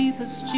Jesus